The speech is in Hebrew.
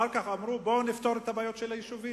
אחר כך אמרו, בואו נפתור את הבעיות של היישובים.